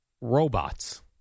robots